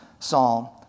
psalm